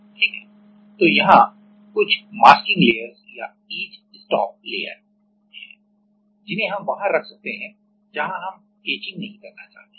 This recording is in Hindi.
ठीक है तो यहां कुछ मास्किंग लेयर्स masking layers या ईच स्टॉप लेयरetch stop layer हैं जिन्हें हम वहां रख सकते हैं जहां हम एचिंग नहीं करना चाहते हैं